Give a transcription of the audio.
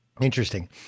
interesting